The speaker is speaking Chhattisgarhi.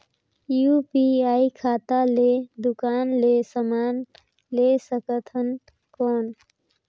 यू.पी.आई खाता ले दुकान ले समान ले सकथन कौन?